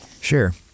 Sure